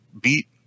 beat